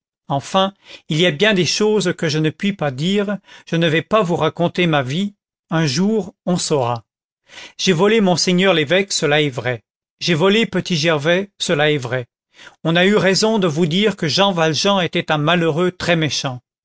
enfin il y a bien des choses que je ne puis pas dire je ne vais pas vous raconter ma vie un jour on saura j'ai volé monseigneur l'évêque cela est vrai j'ai volé petit gervais cela est vrai on a eu raison de vous dire que jean valjean était un malheureux très méchant